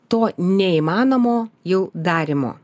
to neįmanomo jau darymo